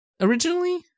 Originally